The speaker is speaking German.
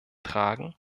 tragen